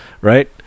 Right